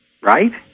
Right